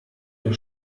der